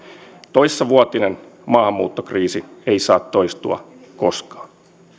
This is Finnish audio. toissavuotinen maahanmuuttokriisi ei saa toistua koskaan